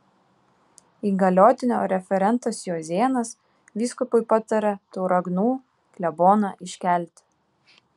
įgaliotinio referentas juozėnas vyskupui patarė tauragnų kleboną iškelti